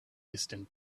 distant